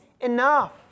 enough